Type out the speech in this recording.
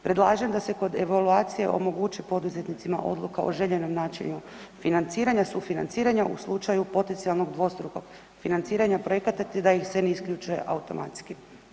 Predlažem da se kod evaluacije omogući poduzetnicima odluka o željenom načinu financiranja, sufinanciranja u slučaju potencijalnog dvostrukog financiranja projekata te da ih se ne isključuje automatsku.